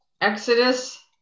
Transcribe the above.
Exodus